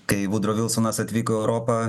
kai vudro vilsonas atvyko į europą